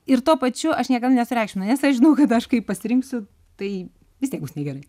ir tuo pačiu aš niekada nesureikšminu nes aš žinau kad aš kaip pasirinksiu tai vis tiek bus negerai